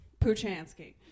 Puchansky